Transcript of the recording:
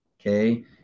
okay